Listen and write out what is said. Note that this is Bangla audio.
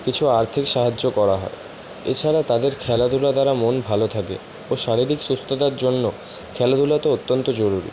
কিছু আর্থিক সাহায্য করা হয় এছাড়া তাদের খেলাধুলা দ্বারা মন ভালো থাকে ও শারীরিক সুস্থতার জন্য খেলাধুলা তো অত্যন্ত জরুরি